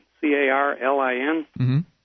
C-A-R-L-I-N